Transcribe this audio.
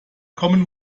common